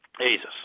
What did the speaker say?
Jesus